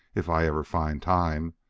if i ever find time.